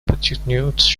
подчеркнуть